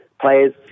players